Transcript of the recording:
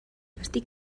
vestir